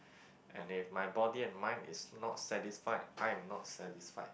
and if my body and mind is not satisfied I am not satisfied